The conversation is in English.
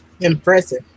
Impressive